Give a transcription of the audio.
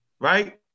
right